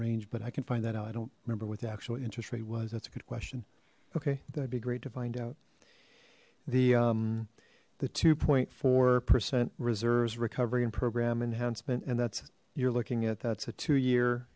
range but i can find that out i don't remember what the actual interest rate was that's a good question okay that'd be great to find out the the two point four percent reserves recovery and program enhancement and that's you're looking at that's a two year